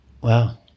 wow